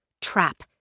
Trap